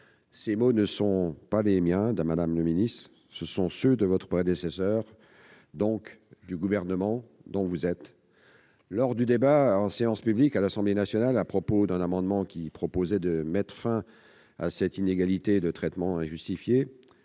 Ces mots ne sont pas les miens, madame la ministre, ce sont ceux de votre prédécesseur lors du débat en séance publique à l'Assemblée nationale à propos d'un amendement qui visait à mettre enfin fin à cette inégalité de traitement injustifiée.